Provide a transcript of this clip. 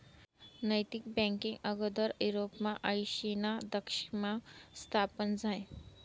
नैतिक बँकींग आगोदर युरोपमा आयशीना दशकमा स्थापन झायं